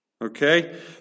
Okay